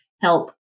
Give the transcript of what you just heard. help